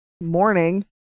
morning